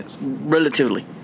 Relatively